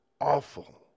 awful